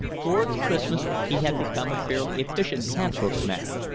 towards christmas he had become a fairly efficient cant-hook man,